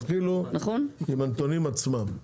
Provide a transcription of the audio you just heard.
תתחילו עם הנתונים עצמם,